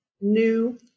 new